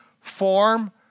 form